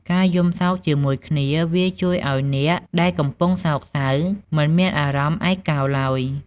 ការយំសោកជាមួយគ្នាវាជួយឱ្យអ្នកដែលកំពុងសោកសៅមិនមានអារម្មណ៍ឯកោឡើយ។